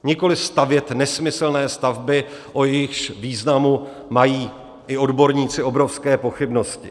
Nikoli stavět nesmyslné stavby, o jejichž významu mají i odborníci obrovské pochybnosti.